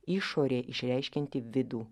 išorė išreiškianti vidų